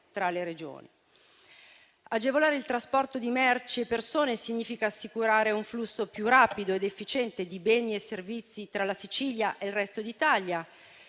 tra le Regioni. Agevolare il trasporto di merci e persone significa assicurare un flusso più rapido ed efficiente di beni e servizi tra la Sicilia e il resto d'Italia.